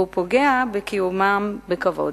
והוא פוגע בקיומם בכבוד.